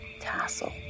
tassel